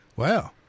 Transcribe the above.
Wow